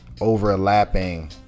overlapping